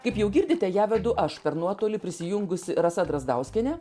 kaip jau girdite ją vedu aš per nuotolį prisijungusi rasa drazdauskienė